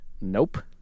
Nope